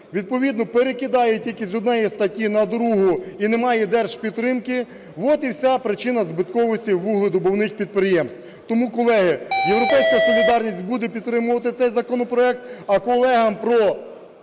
відповідно перекидає тільки з однієї статті на другу і не має держпідтримки, ось і вся причина збитковості вуглевидобувних підприємств. Тому, колеги, "Європейська солідарність" буде підтримувати цей законопроект. А колегам про